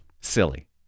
Silly